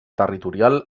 territorial